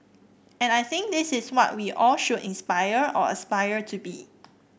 and I think this is what we all should inspire or aspire to be